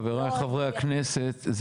חבריי חברי הכנסת,